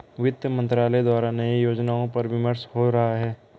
वित्त मंत्रालय द्वारा नए योजनाओं पर विमर्श हो रहा है